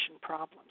problems